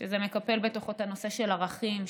זה מקפל בתוכו את הנושא של ערכים,